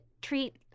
treat